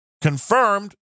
confirmed